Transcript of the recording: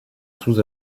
sous